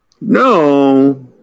No